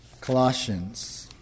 Colossians